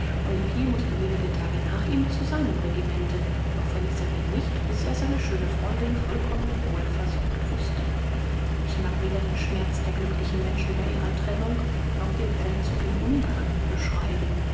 olivier mußte wenige tage nach ihm zu seinem regimente doch verließ er wien nicht bis er seine schöne freundin vollkommen wohl versorgt wußte ich mag weder den schmerz der glücklichen menschen bei ihrer trennung noch den feldzug in ungarn beschreiben